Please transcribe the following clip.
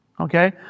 Okay